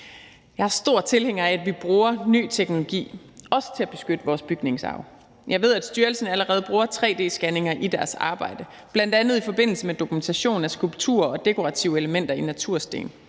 Jeg er stor tilhænger af, at vi bruger ny teknologi, også til at beskytte vores bygningsarv. Jeg ved, at styrelsen allerede bruger tre-d-scanninger i deres arbejde, bl.a. i forbindelse med dokumentation af skulpturer og dekorative elementer i natursten.